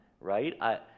right